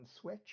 Switch